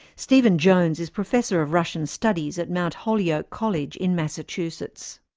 stephen jones is professor of russian studies at mount holyoke college in massachusetts.